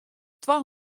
twa